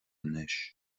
anois